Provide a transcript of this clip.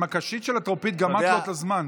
עם הקשית של הטרופית גמרת לו את הזמן.